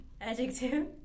Adjective